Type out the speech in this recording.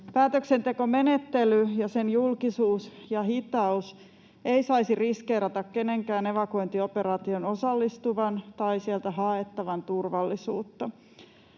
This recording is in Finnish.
Päätöksentekomenettely ja sen julkisuus ja hitaus eivät saisi riskeerata kenenkään evakuointioperaatioon osallistuvan tai sieltä haettavan turvallisuutta.